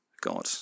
God